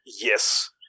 Yes